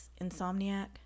insomniac